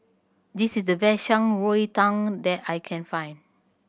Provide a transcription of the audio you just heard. this is the best Shan Rui Tang that I can find